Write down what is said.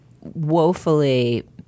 woefully